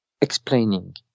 explaining